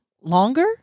longer